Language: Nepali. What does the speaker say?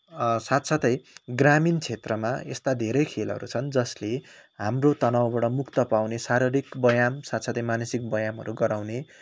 साथसाथै ग्रामीण क्षेत्रमा यस्ता धेरै खेलहरू छन् जसले हाम्रो तनावबाट मुक्त पाउने शारीरिक व्ययाम साथसाथै मानसिक व्ययामहरू गराउने